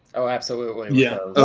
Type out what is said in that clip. oh absolutely. yeah.